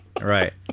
Right